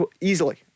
easily